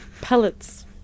Pellets